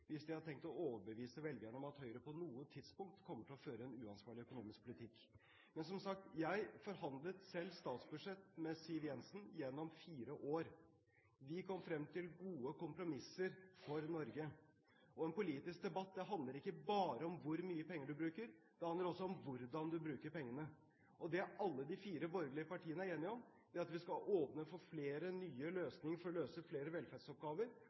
hvis de har tenkt å overbevise velgerne om at Høyre på noe tidspunkt kommer til å føre en uansvarlig økonomisk politikk. Men, som sagt, jeg forhandlet selv statsbudsjett med Siv Jensen gjennom fire år. Vi kom frem til gode kompromisser for Norge. En politisk debatt handler ikke bare om hvor mye penger du bruker, det handler også om hvordan du bruker pengene. Det alle de fire borgerlige partiene er enige om, er at vi skal åpne for flere nye løsninger for å løse flere velferdsoppgaver,